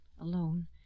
alone